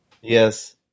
Yes